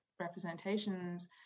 representations